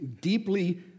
deeply